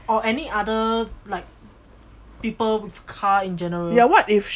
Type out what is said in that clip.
or any other like people with care in general